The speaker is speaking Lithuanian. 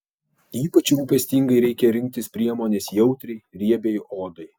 ypač rūpestingai reikia rinktis priemones jautriai riebiai odai